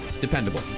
dependable